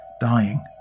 dying